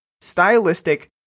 stylistic